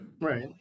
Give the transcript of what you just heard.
Right